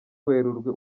werurwe